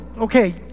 okay